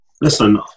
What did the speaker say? listen